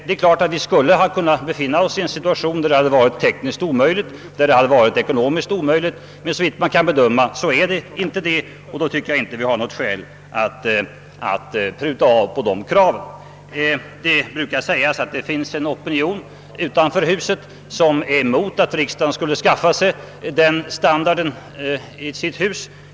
Det är klart att vi skulle ha kunnat befinna oss i en situation där detta varit tekniskt eller ekonomiskt omöjligt, men såvitt man kan bedöma föreligger inte den situationen, och då tycker jag inte att det finns något skäl att pruta på kraven. Det brukar sägas att det finns en opinion utanför detta hus, som är emot att riksdagen skulle skaffa sig en sådan standard.